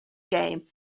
game